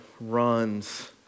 runs